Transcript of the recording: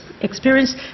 experience